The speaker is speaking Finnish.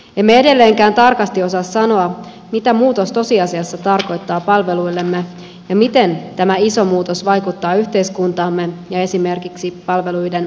emme edelleenkään tarkasti osaa sanoa mitä muutos tosiasiassa tarkoittaa palveluillemme ja miten tämä iso muutos vaikuttaa yhteiskuntaamme ja esimerkiksi palveluiden rahoituspohjaan